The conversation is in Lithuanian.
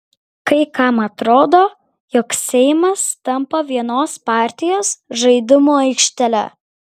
kai kam atrodo jog seimas tampa vienos partijos žaidimų aikštele